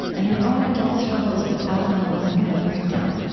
and her own adult struggles with alcoholism and breakdown.